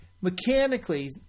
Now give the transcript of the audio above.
mechanically